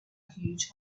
huge